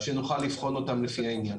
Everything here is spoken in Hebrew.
שנוכל לבחון אותן לפי העניין.